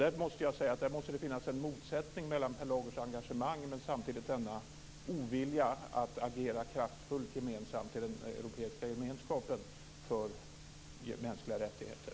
Där menar jag att det måste finnas en motsättning mellan Per Lagers engagemang och denna ovilja att agera kraftfullt och gemensamt i den europeiska gemenskapen för mänskliga rättigheter.